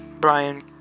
Brian